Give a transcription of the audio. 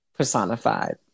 Personified